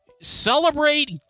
celebrate